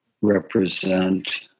represent